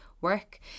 work